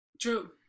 True